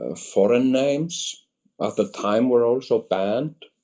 ah foreign names at that time were also banned.